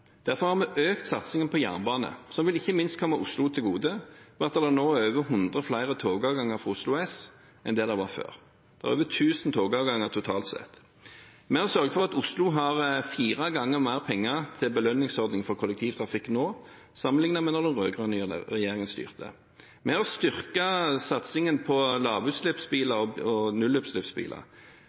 Derfor har vi økt satsingen på jernbane, som ikke minst vil komme Oslo til gode, fordi det nå er over 100 flere togavganger fra Oslo S enn det det var før. Det er over 1 000 togavganger totalt sett. Vi har sørget for at Oslo har fire ganger mer penger til belønningsordningen for kollektivtrafikk nå, sammenliknet med da den rød-grønne regjeringen styrte. Vi har styrket satsingen på lavutslippsbiler og nullutslippsbiler.